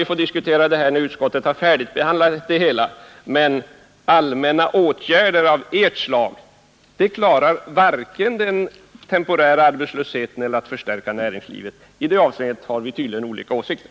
Vi får diskutera det hela efter utskottets behandling. Allmänna åtgärder av det slag ni föreslår kan varken klara den temporära arbetslösheten eller förstärka näringslivet. I det avseendet har vi tydligen olika åsikter.